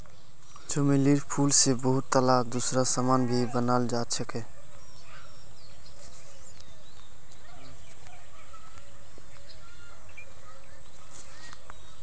चमेलीर फूल से बहुतला दूसरा समान भी बनाल जा छे